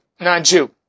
non-Jew